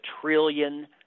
trillion